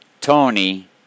Tony